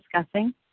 discussing